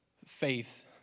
Faith